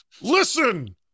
listen